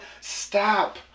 Stop